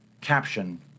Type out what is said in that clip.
Caption